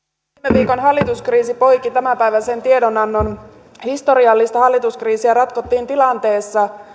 viikon hallituskriisi poiki tämänpäiväisen tiedonannon historiallista hallituskriisiä ratkottiin tilanteessa